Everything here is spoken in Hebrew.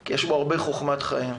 כי יש בו הרבה חוכמת חיים.